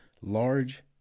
large